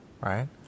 Right